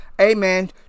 Amen